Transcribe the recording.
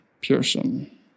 Pearson